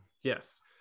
Yes